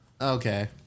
Okay